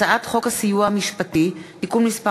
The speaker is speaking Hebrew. הצעת חוק הסיוע המשפטי (תיקון מס'